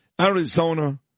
Arizona